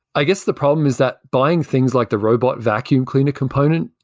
i guess the problem is that buying things like the robot vacuum cleaner component,